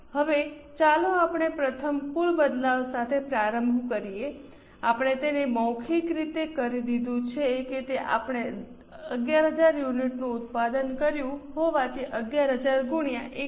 હવે ચાલો આપણે પ્રથમ કુલ બદલાવ સાથે પ્રારંભ કરીએ આપણે તેને મૌખિક રીતે કરી દીધું છે કે આપણે 11000 યુનિટનું ઉત્પાદન કર્યું હોવાથી 11000 ગુણ્યા 1